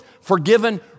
forgiven